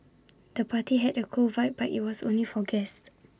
the party had A cool vibe but IT was only for guests